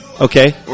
Okay